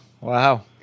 Wow